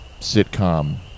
sitcom